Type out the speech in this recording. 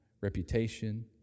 reputation